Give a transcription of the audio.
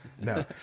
No